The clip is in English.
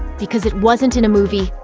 because it wasn't in a movie.